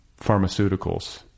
pharmaceuticals